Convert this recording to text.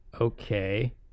okay